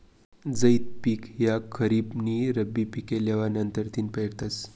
झैद पिक ह्या खरीप नी रब्बी पिके लेवा नंतरथिन पेरतस